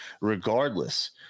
regardless